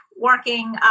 working